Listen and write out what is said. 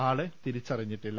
ആളെ തിരിച്ചറിഞ്ഞിട്ടില്ല